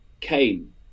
came